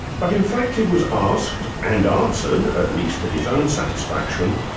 but in fact it was asked and answered at least to his own satisfaction,